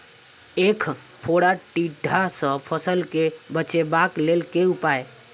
ऐंख फोड़ा टिड्डा सँ फसल केँ बचेबाक लेल केँ उपाय?